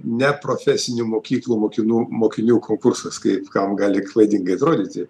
ne profesinių mokyklų mokinų mokinių konkursas kaip kam gali klaidingai atrodyti